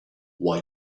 why